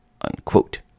unquote